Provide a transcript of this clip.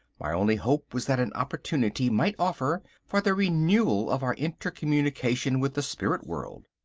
my only hope was that an opportunity might offer for the renewal of our inter-communication with the spirit world.